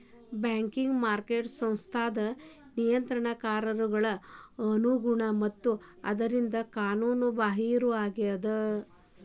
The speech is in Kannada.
ಬ್ಲ್ಯಾಕ್ ಮಾರ್ಕೆಟಿಂಗ್ ಸಂಸ್ಥಾದ್ ನಿಯತಾಂಕಗಳ ಅನುಗುಣ ಮತ್ತ ಆದ್ದರಿಂದ ಕಾನೂನು ಬಾಹಿರವಾಗಿರ್ತದ